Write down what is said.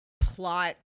plot